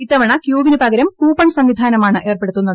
ഇത്തവണ ക്യൂവിന് പകരം കൂപ്പൺ സംവിധാനമാണ് ഏർപ്പെടുത്തുന്നത്